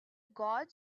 gods